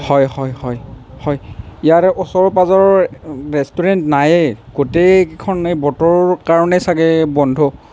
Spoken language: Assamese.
হয় হয় হয় হয় ইয়াৰে ওচৰে পাজৰে ৰেষ্টুৰেণ্ট নাইয়ে গোটেইকেইখনে বতৰৰ কাৰণে চাগে বন্ধ